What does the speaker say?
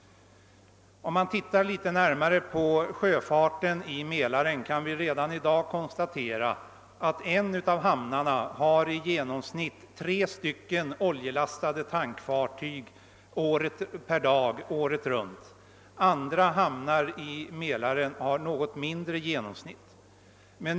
Om man studerar sjöfarten i Mälaren litet närmare, kan man redan i dag konstatera att en av hamnarna i genomsnitt har tre stycken oljelastade tankfartyg per dag året runt. Andra hamnar i Mälaren har ett något mindre genomsnitt.